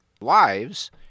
lives